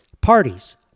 parties